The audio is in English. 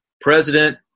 president